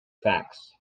facts